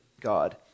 God